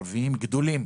ערביים גדולים